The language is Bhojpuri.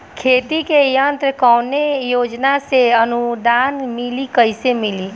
खेती के यंत्र कवने योजना से अनुदान मिली कैसे मिली?